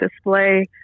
display